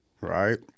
right